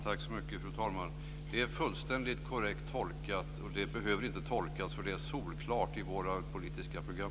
Fru talman! Det är fullständigt korrekt tolkat. Det behöver inte tolkas, för det är solklart i våra politiska program.